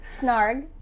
Snarg